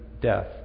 death